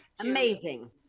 Amazing